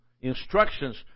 instructions